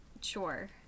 Sure